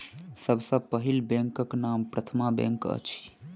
सभ सॅ पहिल बैंकक नाम प्रथमा बैंक अछि